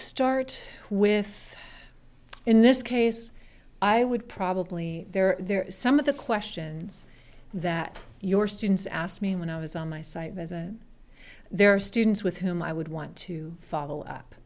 start with in this case i would probably there there is some of the questions that your students asked me when i was on my site as a there are students with whom i would want to follow up